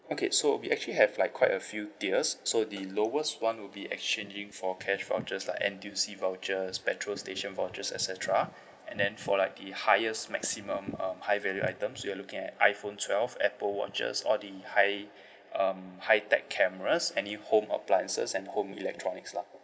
okay so we actually have like quite a few tiers so the lowest one will be exchanging for cash vouchers like N_T_U_C vouchers petrol station vouchers et cetera and then for like the highest maximum um high value items you're looking at iphone twelve apple watches all the hi um hi tech cameras any home appliances and home electronics lah